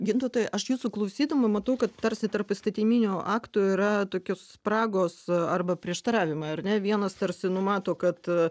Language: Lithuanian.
gintautai aš jūsų klausydama matau kad tarsi tarp įstatyminio akto yra tokios spragos arba prieštaravimai ar ne vienas tarsi numato kad